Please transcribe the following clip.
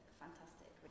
fantastic